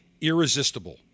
Irresistible